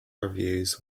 reviews